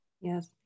yes